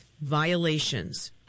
violations